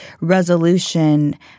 resolution